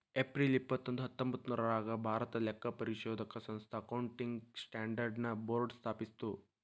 April ಇಪ್ಪತ್ತೊಂದು ಹತ್ತೊಂಭತ್ತ್ನೂರಾಗ್ ಭಾರತಾ ಲೆಕ್ಕಪರಿಶೋಧಕ ಸಂಸ್ಥಾ ಅಕೌಂಟಿಂಗ್ ಸ್ಟ್ಯಾಂಡರ್ಡ್ ನ ಬೋರ್ಡ್ ಸ್ಥಾಪಿಸ್ತು